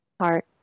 heart